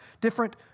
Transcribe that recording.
different